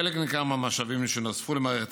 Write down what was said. חלק ניכר מהמשאבים שנוספו למערכת